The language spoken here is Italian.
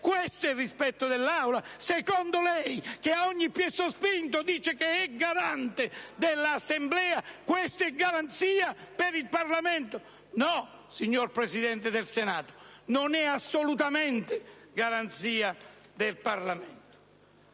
questo è il rispetto dell'Aula? Secondo lei, che a ogni piè sospinto dice di essere garante dell'Assemblea, questa è garanzia per il Parlamento? No, signor Presidente del Senato, non è assolutamente garanzia del Parlamento.